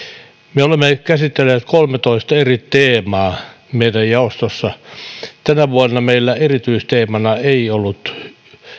me olemme käsitelleet kolmetoista eri teemaa meidän jaostossa tänä vuonna meillä erityisteemana ei ollut